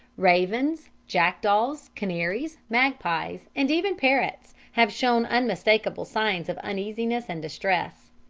ravens, jackdaws, canaries, magpies, and even parrots, have shown unmistakable signs of uneasiness and distress.